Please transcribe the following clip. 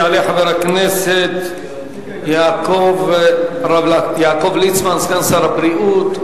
יעלה חבר הכנסת יעקב ליצמן, סגן שר הבריאות.